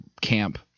camp